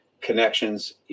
connections